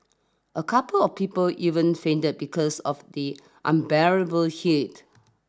a couple of people even fainted because of the unbearable heat